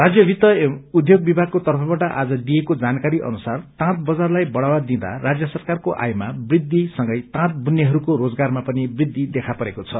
राज्य वित्त एंव उध्योग विभागको तर्फबाट आज दिइएको जानकारी अनुसार ताँत बजारलाई बढ़ावा दिँदा राज्य सरकारको आयमा वृद्धि सँगै ताँत बुन्नेहरूको रोजगारमा पनि वृद्धि देखापरेको छ